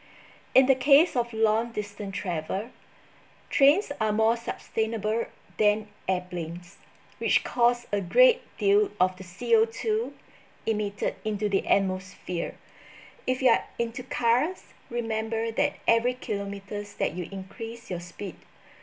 in the case of long distance travel trains are more sustainable than airplanes which cause a great deal of the C_O_two emitted into the atmosphere if you are into cars remember that every kilometers that you increase your speed